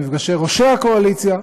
במפגשי ראשי הקואליציה.